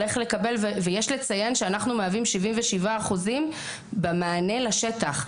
יש לציין שאנחנו מהווים כ-77% מהמענה לשטח.